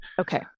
okay